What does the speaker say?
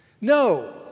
No